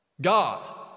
God